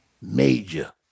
Major